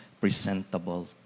presentable